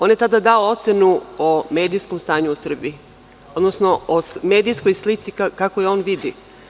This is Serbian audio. On je tada dao ocenu o medijskom stanju u Srbiji, odnosno o medijskoj slici kakvu on vidi.